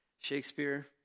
Shakespeare